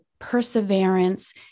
perseverance